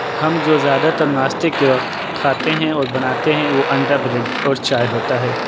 ہم جو زیادہ تر ناشتے کے وقت کھاتے ہیں اور بناتے ہیں وہ انڈا بریڈ اور چائے ہوتا ہے